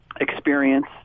experience